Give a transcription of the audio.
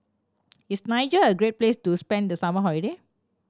is Niger a great place to spend the summer holiday